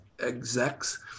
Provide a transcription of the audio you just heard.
execs